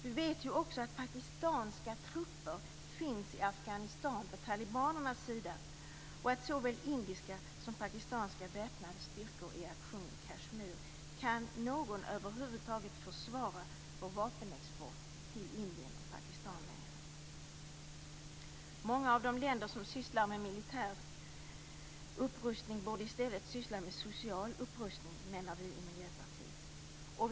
Vi vet också att pakistanska trupper finns i Afghanistan på talibanernas sida och att såväl indiska som pakistanska väpnade styrkor är i aktion i Kashmir. Kan någon över huvud taget försvara vår vapenexport till Indien och Pakistan längre? Många av de länder som sysslar med militär upprustning borde i stället syssla med social upprustning, menar vi i Miljöpartiet.